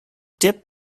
dip